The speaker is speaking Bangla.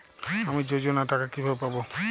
আমি যোজনার টাকা কিভাবে পাবো?